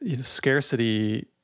scarcity